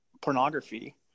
pornography